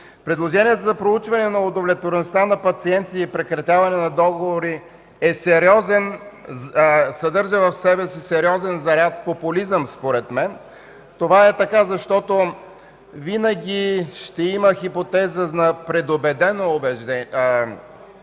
Предложението за проучване на удовлетвореността на пациенти и прекратяване на договори съдържа в себе си сериозен заряд популизъм, според мен. Това е така, защото винаги ще има хипотеза на предубедено отношение